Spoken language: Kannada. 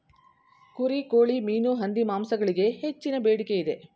ಕುರಿ, ಕೋಳಿ, ಮೀನು, ಹಂದಿ ಮಾಂಸಗಳಿಗೆ ಹೆಚ್ಚಿನ ಬೇಡಿಕೆ ಇದೆ